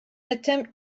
attempt